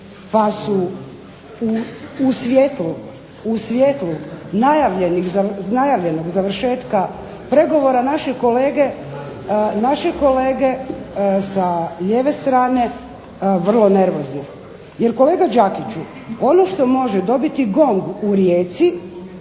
pa su u svijetlu najavljenog završetka pregovora naše kolege sa lijeve strane vrlo nervozne. Jer kolega Đakiću, ono što može dobiti GONG u Rijeci,